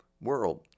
world